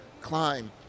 climb